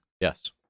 Yes